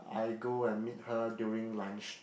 I go and meet her during lunch time